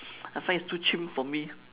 I find it's too chim for me